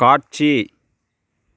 காட்சி